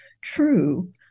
true